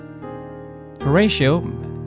Horatio